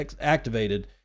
activated